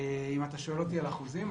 אם אתה שואל אותי על אחוזים,